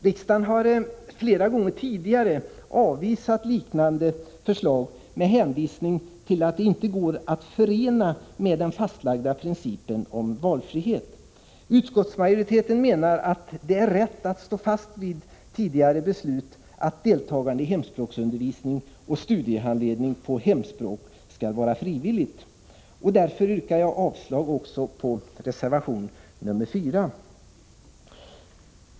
Riksdagen har flera gånger tidigare avvisat liknande förslag med hänvisning till att de inte går att förena med den fastlagda principen om valfrihet. Utskottsmajoriteten menar att det är rätt att stå fast vid tidigare beslut att deltagande i hemspråksundervisning och studiehandledning på hemspråk skall vara frivilligt. Därför yrkar jag avslag på reservation nr 4.